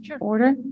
order